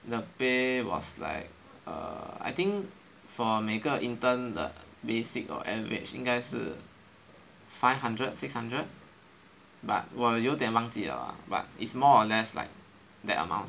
the pay was like err I think for 每个 intern 的 basic or average 应该是 five hundred six hundred but 我有点忘记 lah but is more or less like that amount